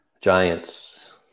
Giants